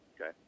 Okay